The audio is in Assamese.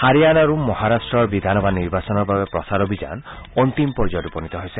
হাৰিয়ানা আৰু মহাৰাট্টৰ বিধানসভা নিৰ্বাচনৰ বাবে প্ৰচাৰ অভিযান অন্তিম পৰ্যায়ত উপনীত হৈছে